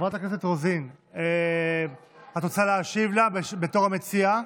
חברת הכנסת רוזין, את רוצה להשיב לה בתור המציעה?